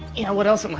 you know what else. i'm.